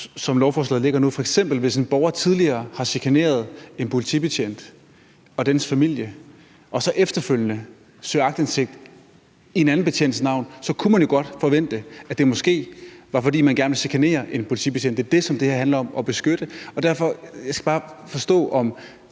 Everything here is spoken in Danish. som lovforslaget ligger nu, at hvis en borger f.eks. tidligere har chikaneret en politibetjent og dennes familie og så efterfølgende søger aktindsigt i en anden betjents navn, kunne man jo godt forvente, at det måske var, fordi man gerne ville chikanere en politibetjent. Det er det, som det her handler om: at beskytte. Derfor skal jeg bare forstå, om